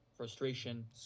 frustration